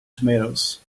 tomatoes